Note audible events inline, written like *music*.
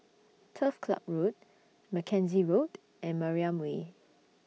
Turf Ciub Road Mackenzie Road and Mariam Way *noise*